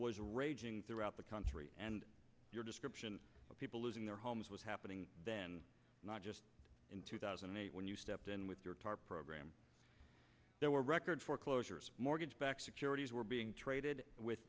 was raging throughout the country and your description of people losing their homes was happening then not just in two thousand and eight when you stepped in with your tarp program there were record foreclosures mortgage backed securities were being traded with